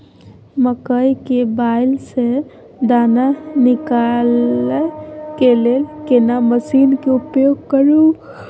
मकई के बाईल स दाना निकालय के लेल केना मसीन के उपयोग करू?